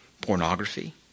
pornography